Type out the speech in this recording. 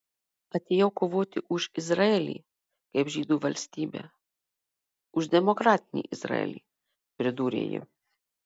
atėjau kovoti už izraelį kaip žydų valstybę už demokratinį izraelį pridūrė ji